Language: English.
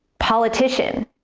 politician